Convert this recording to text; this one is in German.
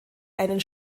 einen